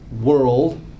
world